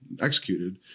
executed